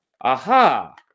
Aha